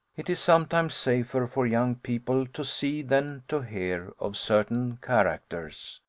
it is sometimes safer for young people to see than to hear of certain characters.